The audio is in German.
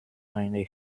eine